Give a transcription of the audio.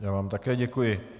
Já vám také děkuji.